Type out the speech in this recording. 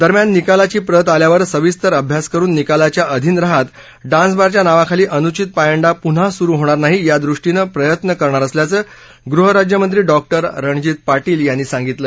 दरम्यान निकालाची प्रत आल्यावर सविस्तर अभ्यास करुन निकालाच्या अधीन राहात डान्सबारच्या नावाखाली अनुचित पायंडा पुन्हा सुरु होणार नाही यादृष्टीनं प्रयत्न करणार असल्याचं गृहराज्यमंत्री डॉ रणजित पाटील यांनी सांगितलं